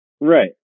Right